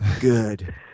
good